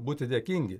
būti dėkingi